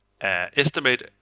estimate